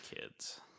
kids